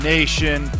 Nation